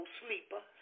sleeper